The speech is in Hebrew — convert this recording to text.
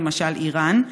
למשל איראן?